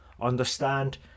understand